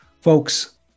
Folks